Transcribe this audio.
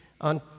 On